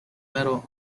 metal